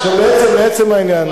לעצם העניין,